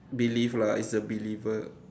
belief lah it's a believer